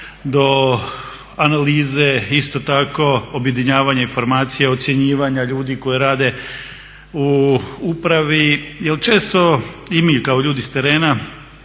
do analize isto tako objedinjavanje informacija, ocjenjivanja ljudi koji rade u upravi. Jer često i mi kao ljudi s terena,